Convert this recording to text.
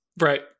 right